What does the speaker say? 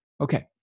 Okay